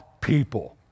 people